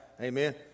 Amen